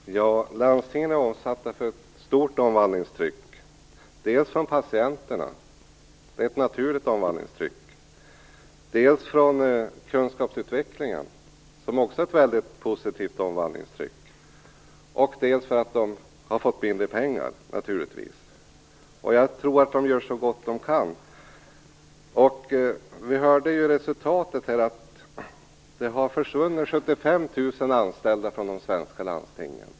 Fru talman! Landstingen är utsatta för ett stort omvandlingstryck. Det kommer för det första från patienterna - det är ett naturligt omvandlingstryck. Det kommer för det andra från kunskapsutvecklingen; det är också ett mycket positivt omvandlingstryck. Det beror för det tredje också på att landstingen har fått mindre pengar. Jag tror att landstingen gör så gott de kan. Vi hörde ju att det har försvunnit 75 000 anställda från de svenska landstingen.